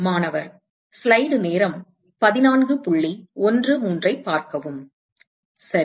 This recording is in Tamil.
மாணவர் சரி